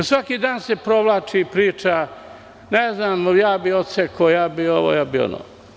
Svaki dan se provlači priča, ja bih odsekao, ja bih ovo, ja bih ono.